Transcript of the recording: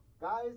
Guys